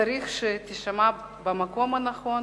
צריך שתישמע במקום הנכון